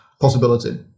possibility